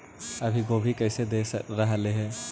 अभी गोभी कैसे दे रहलई हे?